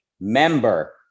member